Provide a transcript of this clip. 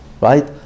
right